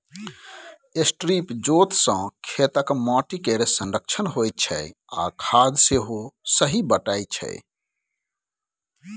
strip जोत सँ खेतक माटि केर संरक्षण होइ छै आ खाद सेहो सही बटाइ छै